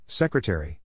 Secretary